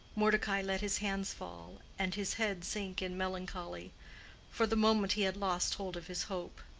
mordecai let his hands fall, and his head sink in melancholy for the moment he had lost hold of his hope.